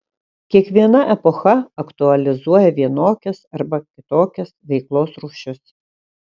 kiekviena epocha aktualizuoja vienokias arba kitokias veiklos rūšis